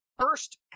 First